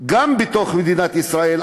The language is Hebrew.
גם בתוך מדינת ישראל,